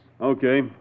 Okay